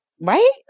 right